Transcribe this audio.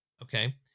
Okay